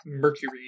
mercury